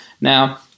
Now